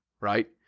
right